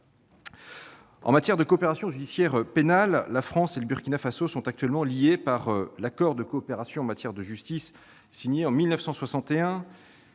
En matière de coopération judiciaire pénale, la France et le Burkina Faso sont actuellement liés par l'accord de coopération en matière de justice signé en 1961-